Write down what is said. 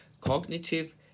cognitive